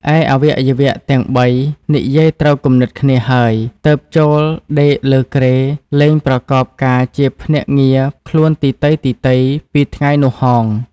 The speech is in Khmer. ឯអវយវៈទាំង ៣ និយាយត្រូវគំនិតគ្នាហើយទើបចូលដេកលើគ្រែ លែង ប្រកបការជាភ្នាក់ងារខ្លួនទីទៃ ៗ ពីថ្ងៃនោះហោង ។